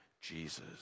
Jesus